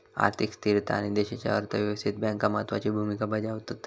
आर्थिक स्थिरता आणि देशाच्या अर्थ व्यवस्थेत बँका महत्त्वाची भूमिका बजावतत